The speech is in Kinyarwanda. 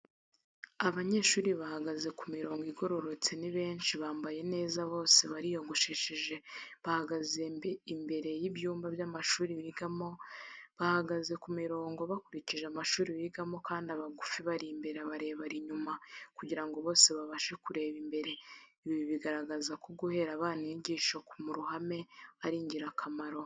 Abanyeshuri bahagaze ku mirongo igororotse ni benshi, bambaye neza, bose bariyogoshesheje, bahagaze imbire y'ibyumba by'amashuri bigamo, bahagaze mu mirongo bakurikije amashuri bigamo kandi abagufi bari imbere, abarebare inyuma kugira ngo bose babashe kureba imbere. Ibi bigaragaza ko guhera abana inyigisho mu ruhame ari ingirakamaro.